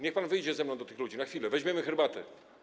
Niech pan wyjdzie ze mną do tych ludzi na chwilę, weźmiemy herbatę.